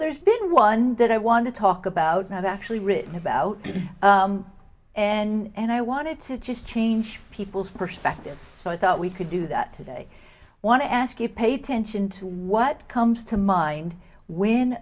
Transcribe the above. there's been one that i want to talk about and i've actually written about and i wanted to just change people's perspective so i thought we could do that today want to ask you paid attention to what comes to mind when